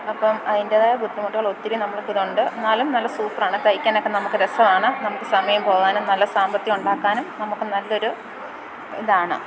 അപ്പം അതിൻ്റെതായ ബുദ്ധിമുട്ടുകൾ ഒത്തിരി നമ്മൾക്ക് ഇതുണ്ട് എന്നാലും നല്ല സൂപ്റ് ആണ് തയ്ക്കാനൊക്കെ നമുക്ക് രസമാണ് നമുക്ക് സമയം പോവാനും നല്ല സാമ്പത്തികം ഉണ്ടാക്കാനും നമുക്ക് നല്ലൊരു ഇതാണ്